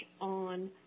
on